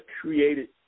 created